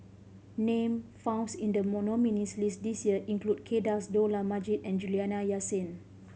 name founds in the nominees' list this year include Kay Das Dollah Majid and Juliana Yasin